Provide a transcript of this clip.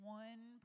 one